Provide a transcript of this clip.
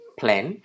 plan